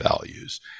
values